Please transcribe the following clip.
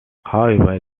however